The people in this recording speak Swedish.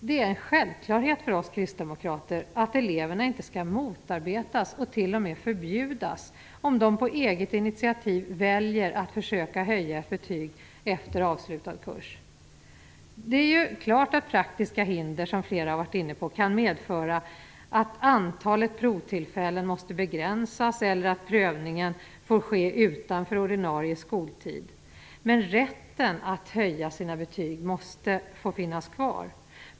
Det är en självklarhet för oss kristdemokrater att eleverna inte skall motarbetas, och t.o.m. förbjudas, om de på eget initiativ väljer att försöka höja ett betyg efter avslutad kurs. Det är klart att praktiska hinder, som flera varit inne på, kan medföra att antalet provtillfällen måste begränsas eller att prövningen får ske utanför ordinarie skoltid. Men rätten att höja sina betyg måste få finnas kvar.